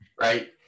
right